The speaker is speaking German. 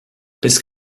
bis